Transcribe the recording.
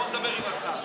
בוא נדבר עם השר.